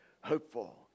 hopeful